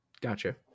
Gotcha